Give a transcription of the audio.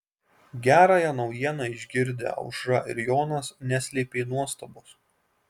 gerąją naujieną išgirdę aušra ir jonas neslėpė nuostabos